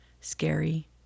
scary